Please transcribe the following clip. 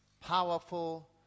powerful